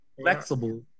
flexible